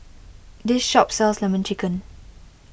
this shop sells Lemon Chicken